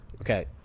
okay